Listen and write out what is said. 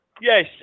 Yes